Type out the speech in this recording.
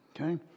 okay